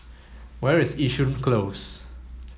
where is Yishun Close